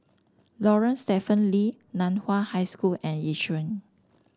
Lorong Stephen Lee Nan Hua High School and Yishun